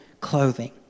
clothing